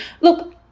look